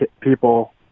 people